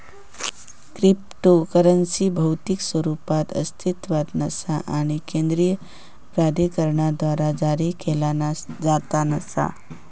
cryptocurrency भौतिक स्वरूपात अस्तित्वात नसा आणि केंद्रीय प्राधिकरणाद्वारा जारी केला जात नसा